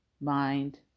mind